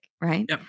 right